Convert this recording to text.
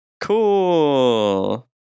Cool